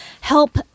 help